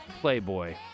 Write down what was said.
Playboy